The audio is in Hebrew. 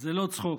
זה לא צחוק.